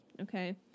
Okay